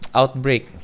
outbreak